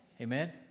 Amen